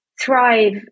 thrive